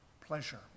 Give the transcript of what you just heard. pleasure